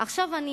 עכשיו אני